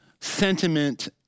sentiment